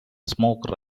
smoke